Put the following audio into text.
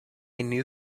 new